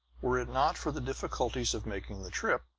were it not for the difficulties of making the trip,